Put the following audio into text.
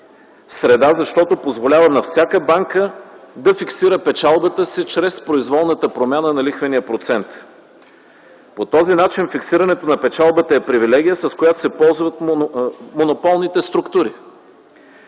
среда, защото позволява на всяка банка да фиксира печалбата си чрез произволната промяна на лихвения процент. По този начин фиксирането на печалбата е привилегия, с която се ползват монополните структури.